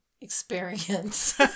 experience